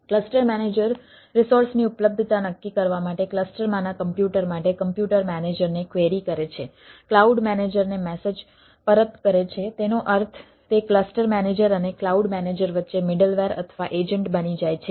cluster manager રિસોર્સની ઉપલબ્ધતા નક્કી કરવા ક્લસ્ટરમાંના કોમ્પ્યુટર માટે કોમ્પ્યુટર મેનેજરને ક્વેરી કહેવાય છે